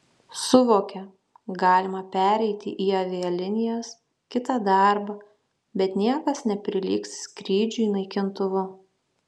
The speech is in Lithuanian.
suvokia galima pereiti į avialinijas kitą darbą bet niekas neprilygs skrydžiui naikintuvu